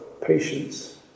Patience